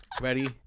Ready